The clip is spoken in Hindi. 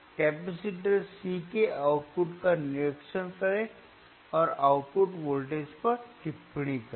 कैपेसिटर C के आउटपुट का निरीक्षण करें और आउटपुट वोल्टेज पर टिप्पणी करें